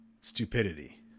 stupidity